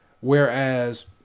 whereas